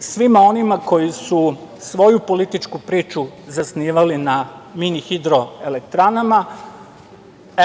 Svima onima koji su svoju političku priču zasnivali na mini hidroelektranama,